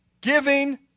giving